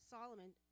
Solomon